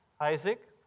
Isaac